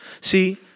See